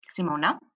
Simona